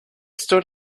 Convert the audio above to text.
stood